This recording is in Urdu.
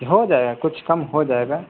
ہو جائے گا کچھ کم ہو جائے گا